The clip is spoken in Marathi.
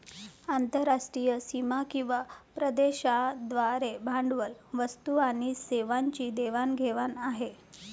आंतरराष्ट्रीय सीमा किंवा प्रदेशांद्वारे भांडवल, वस्तू आणि सेवांची देवाण घेवाण आहे